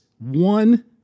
one